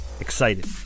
excited